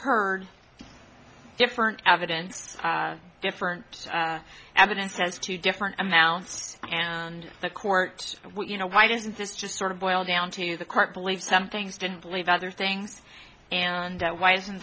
heard different evidence different evidence says two different amounts and the court you know why doesn't this just sort of boil down to the court believes some things didn't believe other things and that why isn't